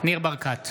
ניר ברקת,